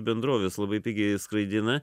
bendrovės labai pigiai skraidina